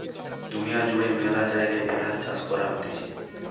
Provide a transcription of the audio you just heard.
দুনিয়া জুড়ে ম্যালা জায়গায় ভেড়ার চাষ করা হতিছে